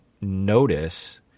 notice